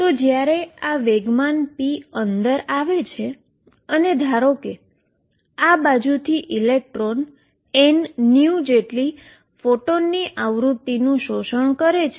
તો જ્યારે આ મોમેન્ટમ p અંદર આવે છે અને ધારો કે આ બાજુથી ઇલેક્ટ્રોન nu જેટલી ફોટોનની ફ્રીક્વન્સીનુ એબ્સોર્બ કરે છે